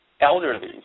elderly